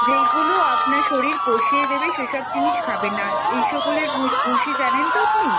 যেইগুলো আপনার শরীর কষিয়ে দেবে সেসব জিনিস খাবেন না আর ইসবগুলের ভুষি জানেন তো আপনি